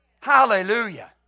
Hallelujah